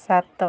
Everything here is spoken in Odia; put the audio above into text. ସାତ